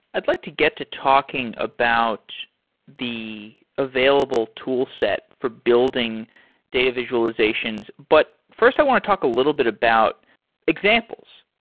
i'd like to get to talking about the available toolset for building data visualizations. but first, i want to talk a little bit about examples.